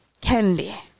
Candy